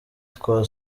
twa